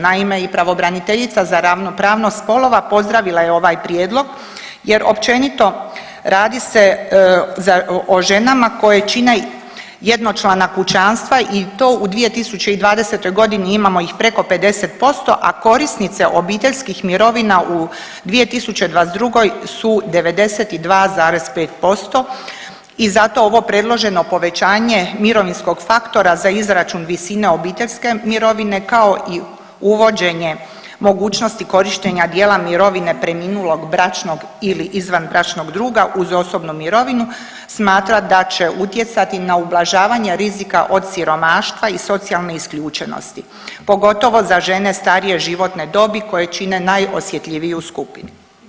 Naime i pravobraniteljica za ravnopravnost spolova pozdravila je ovaj prijedlog jer općenito radi se o ženama koje čine jednočlana kućanstva i to u 2020. g. imamo ih preko 50%, a korisnice obiteljskih mirovina u 2022. su 92,5% i zato ovo predloženo povećanje mirovinskog faktora za izračun većine obiteljske mirovine, kao i uvođenje mogućnosti korištenja dijela mirovine preminulog bračnog ili izvanbračnog druga uz osobnu mirovinu smatra da će utjecati na ublažavanje rizika od siromaštva i socijalne isključenosti, pogotovo za žene starije životne dobi koje čine najosjetljiviju skupinu.